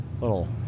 little